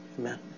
Amen